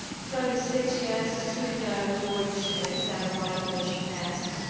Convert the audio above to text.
vote is six yes, two no, deutsch and saderwhite, motion passed.